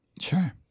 sure